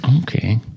Okay